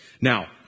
Now